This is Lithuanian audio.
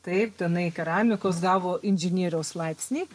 taip tenai keramikos gavo inžinieriaus laipsnį